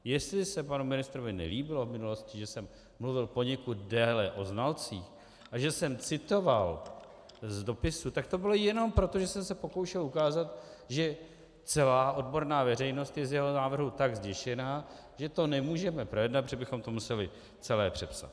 Jestli se panu ministrovi nelíbilo v minulosti, že jsem mluvil poněkud déle o znalcích a že jsem citoval z dopisu, tak to bylo jenom proto, že jsem se pokoušel ukázat, že celá odborná veřejnost je z jeho návrhu tak zděšená, že to nemůžeme projednat, protože bychom to museli celé přepsat.